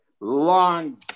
long